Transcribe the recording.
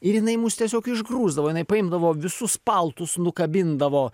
ir jinai mus tiesiog išgrūsdavo jinai paimdavo visus paltus nukabindavo